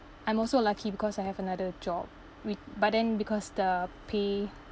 I'm also lucky because I have another job with but then because the pay